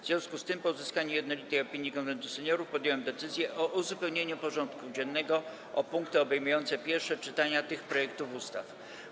W związku z tym, po uzyskaniu jednolitej opinii Konwentu Seniorów, podjąłem decyzję o uzupełnieniu porządku dziennego o punkty obejmujące pierwsze czytania tych projektów ustaw.